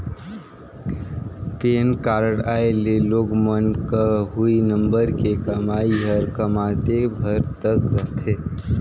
PAN card आए ले लोग मन क हुई नंबर के कमाई हर कमातेय भर तक रथे